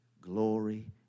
glory